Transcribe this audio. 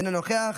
אינו נוכח,